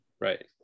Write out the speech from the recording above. Right